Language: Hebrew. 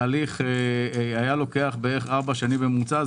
התהליך היה לוקח כארבע שנים בממוצע.